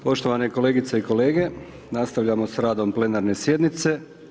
Poštovane kolegice i kolege, nastavljamo sa radom plenarne sjednice.